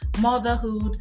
motherhood